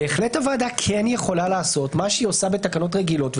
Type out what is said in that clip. בהחלט הוועדה כן יכולה לעשות מה שהיא עושה בתקנות רגילות,